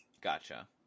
Gotcha